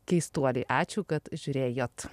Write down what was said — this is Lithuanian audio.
keistuoliai ačiū kad žiūrėjot